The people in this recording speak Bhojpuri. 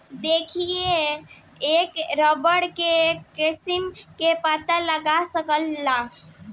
देखिए के रबड़ के किस्म के पता लगा सकेला